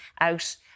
out